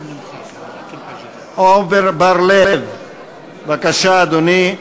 עמר בר-לב, בבקשה, אדוני.